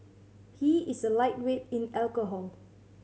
he is a lightweight in alcohol